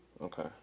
Okay